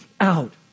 out